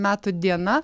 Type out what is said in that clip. metų diena